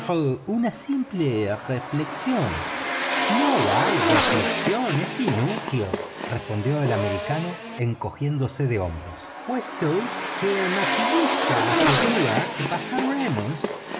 una simple reflexión no hay reflexión es inútil respondió el americano encogiéndose de hombros puesto que el maquinista asegura que pasaremos